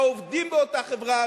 העובדים באותה חברה,